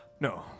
No